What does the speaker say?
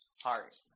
heart